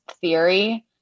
theory